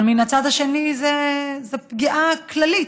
אבל מן הצד השני זאת פגיעה כללית,